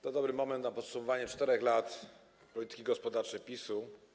To dobry moment na podsumowanie 4 lat polityki gospodarczej PiS-u.